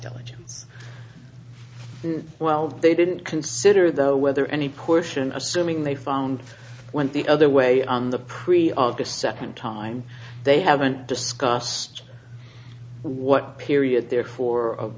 diligence well they didn't consider though whether any portion of assuming they found went the other way on the pre august second time they haven't discussed what period therefore of